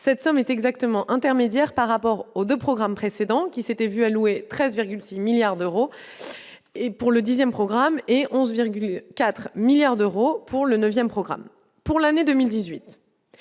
cette somme est exactement intermédiaire par rapport aux 2 programmes précédents qui s'était vu allouer 13,6 milliards d'euros et pour le 10ème programme et 11,4 milliards d'euros pour le 9ème programme pour l'année 2018